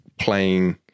playing